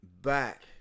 back